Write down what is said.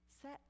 set